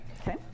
Okay